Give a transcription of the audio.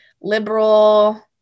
liberal